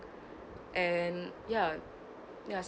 and ya